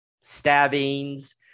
stabbings